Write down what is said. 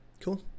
cool